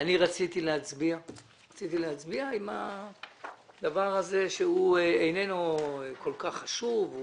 אני רציתי להצביע עם דבר הזה שהוא איננו כל כך חשוב,